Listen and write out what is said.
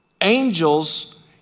Angels